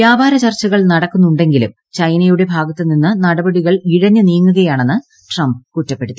വ്യാപാര ചർച്ചകൾ നടക്കുന്നുണ്ടെങ്കിലും ചൈനയുടെ ഭാഗത്ത് നിന്ന് നടപടികൾ ഇഴഞ്ഞു നീങ്ങുകയാണെന്ന് ട്രംപ് കുറ്റപ്പെടുത്തി